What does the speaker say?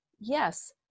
yes